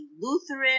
lutheran